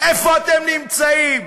איפה אתם נמצאים?